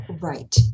Right